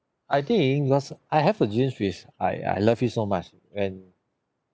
I think because I have a jeans which I I love it so much when